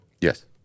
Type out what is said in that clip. Yes